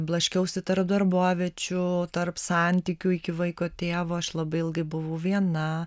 blaškiausi tarp darboviečių tarp santykių iki vaiko tėvo aš labai ilgai buvau viena